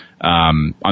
On